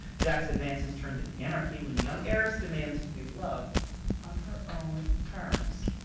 jack's advances turn to anarchy, when the young heiress demands to be loved on her own terms.